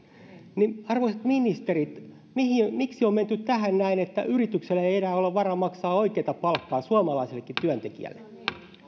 arvoisat ministerit miksi on menty tähän näin että yrityksellä ei ei enää ole varaa maksaa oikeata palkkaa suomalaisellekin työntekijälle